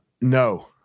no